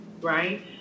Right